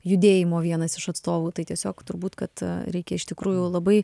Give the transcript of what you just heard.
judėjimo vienas iš atstovų tai tiesiog turbūt kad reikia iš tikrųjų labai